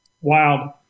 Wild